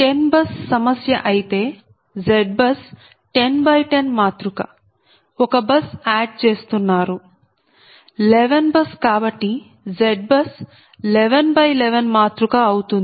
10 bus సమస్య అయితే ZBUS 1010 మాతృక ఒక బస్ ఆడ్ చేస్తున్నారు 11 బస్ కాబట్టి ZBUS 1111 మాతృక అవుతుంది